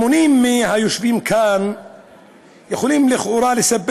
המונים מהיושבים כאן יכולים לכאורה לספר